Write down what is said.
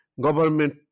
government